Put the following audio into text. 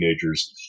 teenagers